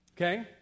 okay